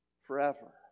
forever